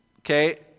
okay